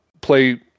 play